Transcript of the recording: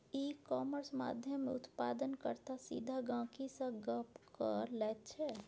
इ कामर्स माध्यमेँ उत्पादन कर्ता सीधा गहिंकी सँ गप्प क लैत छै